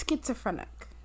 schizophrenic